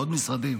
ועוד משרדים.